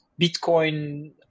Bitcoin